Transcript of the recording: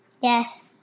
yes